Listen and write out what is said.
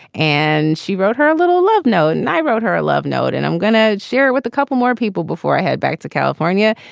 and she wrote her a little love note and i wrote her a love note and i'm going to share it with a couple more people before i head back to california.